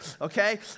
Okay